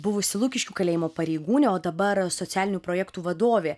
buvusi lukiškių kalėjimo pareigūnė o dabar socialinių projektų vadovė